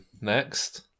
next